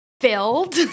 filled